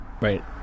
Right